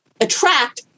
attract